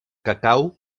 cacau